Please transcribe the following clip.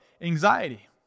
anxiety